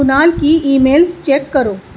کنال کی emails check کرو